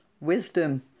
wisdom